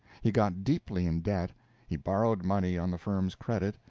he got deeply in debt he borrowed money on the firm's credit,